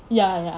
ya ya